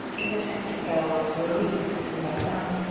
and then exhale to release, come back down.